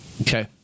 Okay